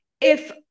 if-